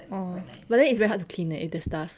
orh but is very hard to clean leh if there's dust